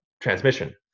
transmission